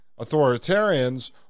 authoritarians